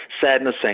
sadness